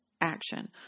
action